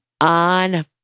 on